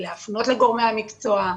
ולהפנות לגורמי המקצוע.